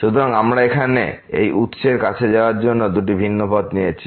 সুতরাং আমরা এখানে এই উত্সের কাছে যাওয়ার জন্য দুটি ভিন্ন পথ বেছে নিয়েছি